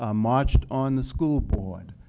ah marched on the school board.